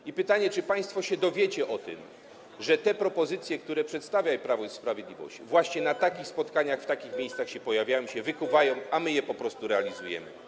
I pytanie: Czy państwo wiecie o tym, że te propozycje, które przedstawia Prawo i Sprawiedliwość, właśnie na takich spotkaniach, w takich miejscach się pojawiają i wykuwają, a my je po prostu realizujemy?